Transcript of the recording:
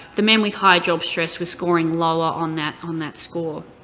the men with high job stress were scoring lower on that on that score.